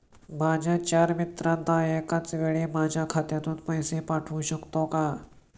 माझ्या चार मित्रांना एकाचवेळी माझ्या खात्यातून पैसे पाठवू शकतो का?